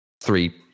three